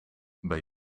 ben